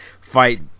fight